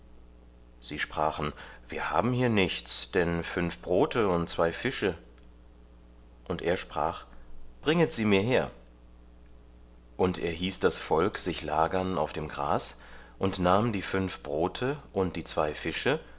sie sprachen wir haben hier nichts denn fünf brote und zwei fische und er sprach bringet sie mir her und er hieß das volk sich lagern auf das gras und nahm die fünf brote und die zwei fische